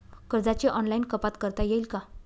कर्जाची ऑनलाईन कपात करता येईल का?